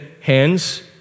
hands